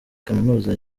kaminuza